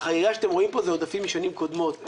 החריגה שאתם רואים פה זה עודפים משנים קודמות.